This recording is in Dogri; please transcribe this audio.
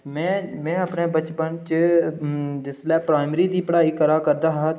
में अपने बचपन च जिसलै प्राइमरी दी पढ़ाई करै करदा हा